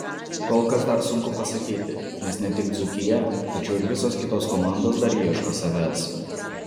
kol kas dar sunku pasakyti nes ne tik dzūkija tačiau ir visos kitos komandos dar ieško savęs